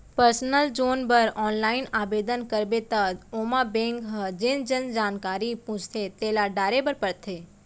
personal loan बर online आबेदन करबे त ओमा बेंक ह जेन जेन जानकारी पूछथे तेला डारे बर परथे